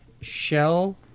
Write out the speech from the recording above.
Shell